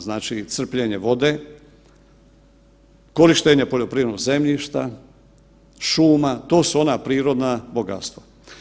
Znači crpljenje vode, korištenje poljoprivrednog zemljišta, šuma, to su ona prirodna bogatstva.